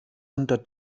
unter